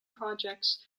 projects